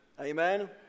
Amen